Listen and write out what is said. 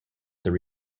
their